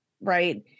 Right